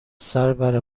سرور